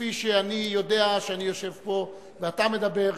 כפי שאני יודע כשאני יושב פה ואתה מדבר,